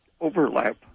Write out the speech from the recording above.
Overlap